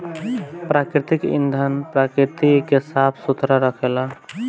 प्राकृतिक ईंधन प्रकृति के साफ सुथरा रखेला